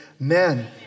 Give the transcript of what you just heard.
Amen